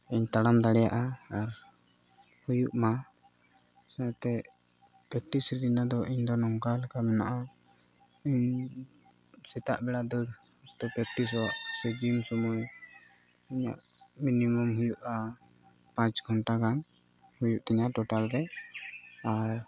ᱤᱧ ᱛᱟᱲᱟᱢ ᱫᱟᱲᱮᱭᱟᱜᱼᱟ ᱟᱨ ᱦᱩᱭᱩᱜ ᱢᱟ ᱥᱟᱶᱛᱮ ᱯᱨᱮᱠᱴᱤᱥ ᱨᱮᱱᱟᱜ ᱫᱚ ᱤᱧᱫᱚ ᱱᱚᱝᱠᱟ ᱞᱮᱠᱟ ᱢᱮᱱᱟᱜᱼᱟ ᱤᱧ ᱥᱮᱛᱟᱜ ᱵᱮᱲᱟ ᱫᱟᱹᱲ ᱱᱚᱛᱮ ᱯᱮᱠᱴᱤᱥᱚᱜ ᱥᱮ ᱡᱤᱢ ᱥᱚᱢᱚᱭ ᱤᱧᱟᱹᱜ ᱢᱤᱱᱤᱢᱟᱢ ᱦᱩᱭᱩᱜᱼᱟ ᱯᱟᱸᱪ ᱜᱷᱚᱱᱴᱟ ᱜᱟᱱ ᱦᱩᱭᱩᱜ ᱛᱤᱧᱟ ᱴᱳᱴᱟᱞ ᱨᱮ ᱟᱨ